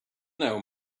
know